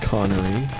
Connery